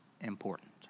important